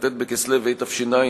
כ"ט בכסלו התש"ע,